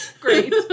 great